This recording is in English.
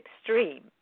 extreme